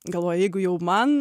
galvoja jeigu jau man